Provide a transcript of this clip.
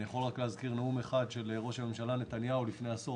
אני יכול רק להזכיר נאום אחד של ראש הממשלה נתניהו לפני עשור